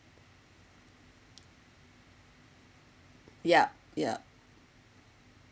yup yup